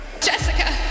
Jessica